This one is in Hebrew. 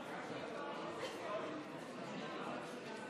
במענה על שאלתו של סגן שר האוצר,